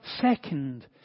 second